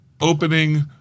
opening